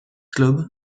club